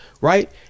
right